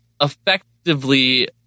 effectively